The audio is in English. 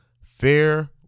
fair